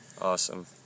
Awesome